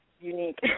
unique